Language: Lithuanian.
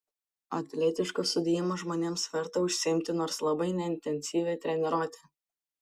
atletiško sudėjimo žmonėms verta užsiimti nors labai neintensyvia treniruote